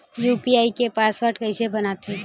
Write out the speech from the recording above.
UPI के password कइसे बनाथे?